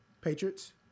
Patriots